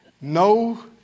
No